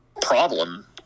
problem